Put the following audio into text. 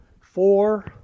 four